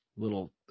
Little